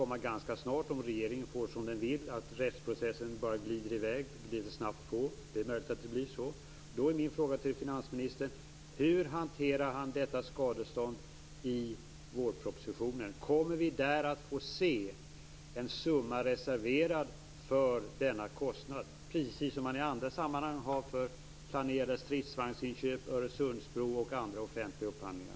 Det kan ske ganska snart om regeringen får som den vill, nämligen att rättsprocessen glider snabbt på. Det är möjligt att det blir så. Då är min fråga till finansministern: Hur hanterar finansministern detta skadestånd i vårpropositionen? Kommer vi där att få se en summa reserverad för denna kostnad, precis som man har i andra sammanhang för planerade stridsvagnsinköp, Öresundsbro och andra offentliga upphandlingar?